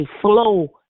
flow